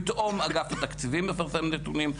פתאום אגף התקציבים מפרסם נתונים,